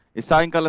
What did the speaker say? is signed, kind of